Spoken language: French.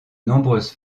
nombreuses